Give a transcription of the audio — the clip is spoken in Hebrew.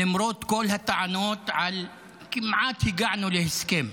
למרות כל הטענות של: כמעט הגענו להסכם.